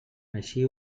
així